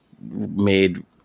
made